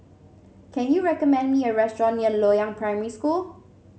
can you recommend me a restaurant near Loyang Primary School